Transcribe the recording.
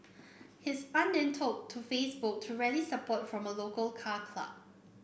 his aunt then took to Facebook to rally support from a local car club